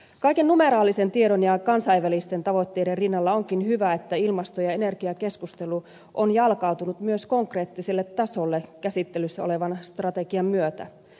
kaiken numeraalisen tiedon ja kansainvälisten tavoitteiden rinnalla onkin hyvä että ilmasto ja energiakeskustelu on jalkautunut myös konkreettiselle tasolle käsittelyssä olevan strategian myötä